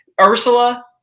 Ursula